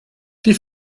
die